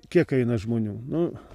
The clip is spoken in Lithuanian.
kiek eina žmonių nu